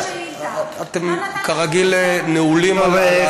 חבר'ה, אתם כרגיל נעולים על העמדה שלכם.